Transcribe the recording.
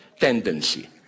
tendency